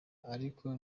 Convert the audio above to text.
ariko